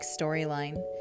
Storyline